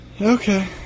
Okay